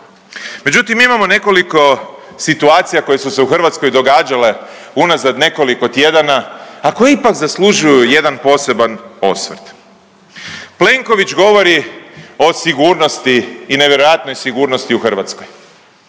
Međutim, imamo nekoliko situacija koje su se u Hrvatskoj događale unazad nekoliko tjedana a koje ipak zaslužuju jedan poseban osvrt. Plenković govori o sigurnosti i nevjerojatnoj sigurnosti u Hrvatskoj.